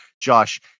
Josh